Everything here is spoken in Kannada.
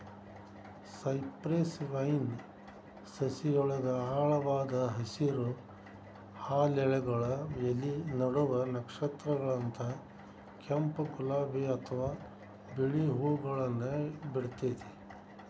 ಸೈಪ್ರೆಸ್ ವೈನ್ ಸಸಿಯೊಳಗ ಆಳವಾದ ಹಸಿರು, ಹಾಲೆಗಳ ಎಲಿ ನಡುವ ನಕ್ಷತ್ರದಂತ ಕೆಂಪ್, ಗುಲಾಬಿ ಅತ್ವಾ ಬಿಳಿ ಹೂವುಗಳನ್ನ ಬಿಡ್ತೇತಿ